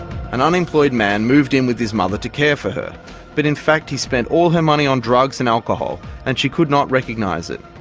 an unemployed man moved in with his mother to care for her but in fact he spent all her money on drugs and alcohol and she could not recognise it.